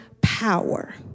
power